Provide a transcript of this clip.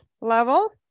level